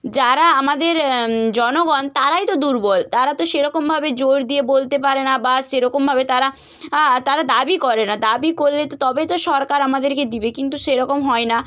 যারা আমাদের জনগণ তারাই তো দুর্বল তারা তো সেরকমভাবে জোর দিয়ে বলতে পারে না বা সেরকমভাবে তারা তারা দাবি করে না দাবি করলে তো তবেই তো সরকার আমাদেরকে দেবে কিন্তু সেরকম হয় না